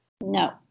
No